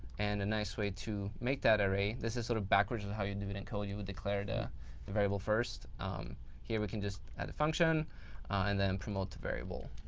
and a nice way to make that array, this is sort of backwards is how you'd do it in code. you would declare to the variable first. here we can just add a function and then promote to variable.